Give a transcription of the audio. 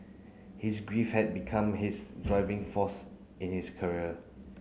his grief had become his driving force in his career